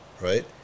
right